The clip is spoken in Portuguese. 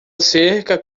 cerca